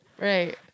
Right